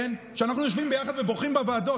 כן, אנחנו יושבים ביחד ובוכים בוועדות.